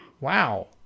Wow